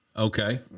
Okay